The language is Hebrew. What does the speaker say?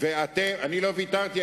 אני לא ויתרתי,